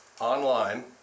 online